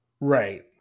Right